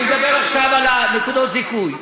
אני מדבר עכשיו על נקודות הזיכוי.